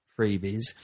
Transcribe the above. freebies